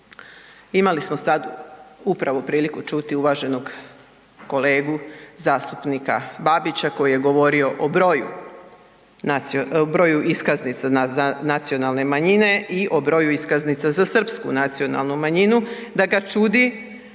Imali smo sad upravo priliku čuti uvaženog kolegu zastupnika Babića koji je govorio o broju iskaznica za nacionalne manjine i o broju iskaznica za srpsku nacionalnu manjinu, da ga čudi